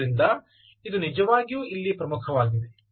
ಆದ್ದರಿಂದ ಇದು ನಿಜವಾಗಿಯೂ ಇಲ್ಲಿ ಪ್ರಮುಖವಾಗಿದೆ